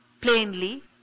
plainly